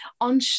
on